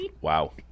wow